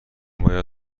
باید